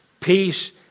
peace